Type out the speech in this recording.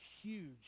huge